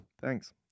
Thanks